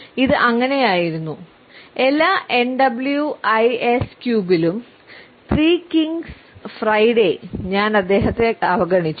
ഇത് അങ്ങനെയായിരുന്നു എല്ലാ എൻ ഡബ്ലിയൂ എ ഐസ് ക്യൂബിലും ത്രീ കിംഗ്സ് ഫ്രൈഡേയിലും ഞാൻ അദ്ദേഹത്തെ അവഗണിച്ചു